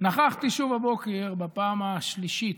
נכחתי שוב הבוקר בפעם השלישית